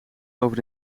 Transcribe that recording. over